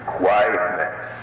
quietness